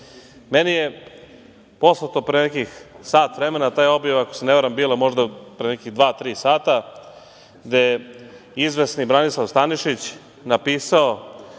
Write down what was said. je poslato, pre nekih sat vremena, ta je objava, ako se ne varam bila možda pre nekih dva, tri sata, gde je izvesni Branislav Stanišić napisao